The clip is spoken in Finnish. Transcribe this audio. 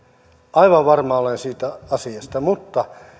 aivan varma olen siitä asiasta mutta